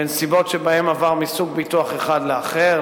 בנסיבות שבהן עבר מסוג ביטוח אחד לאחר,